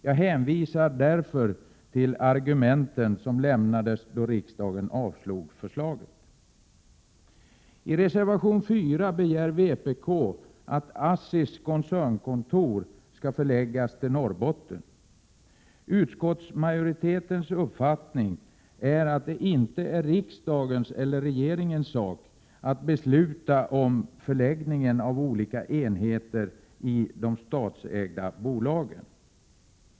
Jag hänvisar därför till argumenten som lämnades då riksdagen avslog förslaget. I reservation 4 begär vpk att ASSI:s koncernkontor skall förläggas till Norrbotten. Utskottsmajoritetens uppfattning är att det inte är riksdagens eller regeringens sak att besluta om förläggningen av olika enheter i de statsägda bolagen.